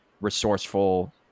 resourceful